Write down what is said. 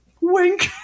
Wink